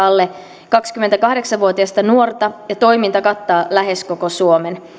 alle kaksikymmentäkahdeksan vuotiasta nuorta ja toiminta kattaa lähes koko suomen